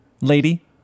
Lady